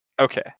Okay